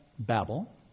Babel